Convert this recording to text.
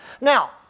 Now